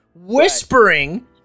whispering